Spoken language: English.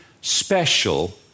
special